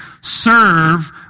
serve